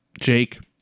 Jake